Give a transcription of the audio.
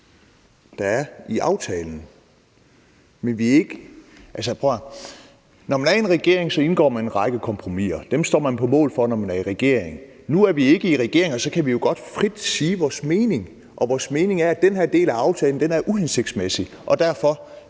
der er i aftalen. Men prøv at høre her: Når man er i en regering, indgår man en række kompromiser. Dem står man på mål for, når man er i regering. Nu er vi ikke i regering, og så kan vi jo godt frit sige vores mening, og vores mening er, at den her del af aftalen er uhensigtsmæssig. Derfor